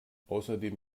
außerdem